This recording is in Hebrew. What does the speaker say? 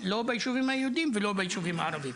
לא ביישובים היהודיים ולא ביישובים הערביים.